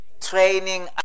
Training